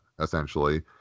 essentially